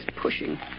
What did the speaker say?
pushing